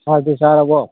ꯁꯥꯔꯗꯤ ꯆꯥꯔꯕꯣ